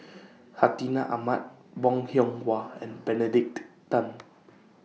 Hartinah Ahmad Bong Hiong Hwa and Benedict Tan